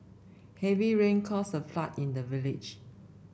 heavy rain caused a flood in the village